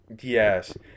yes